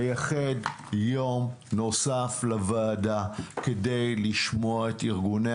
לייחד יום נוסף של הוועדה לשמוע את ארגוני